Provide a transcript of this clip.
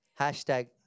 hashtag